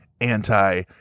anti